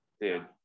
dude